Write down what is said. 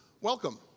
Welcome